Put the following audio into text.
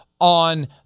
on